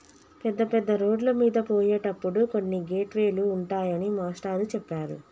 పెద్ద పెద్ద రోడ్లమీద పోయేటప్పుడు కొన్ని గేట్ వే లు ఉంటాయని మాస్టారు చెప్పారు